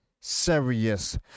serious